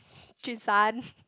Jun-san